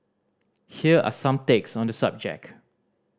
here are some takes on the subject